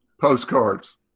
Postcards